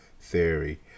theory